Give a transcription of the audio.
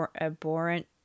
abhorrent